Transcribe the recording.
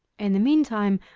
in the meantime,